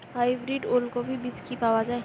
Hybrid ওলকফি বীজ কি পাওয়া য়ায়?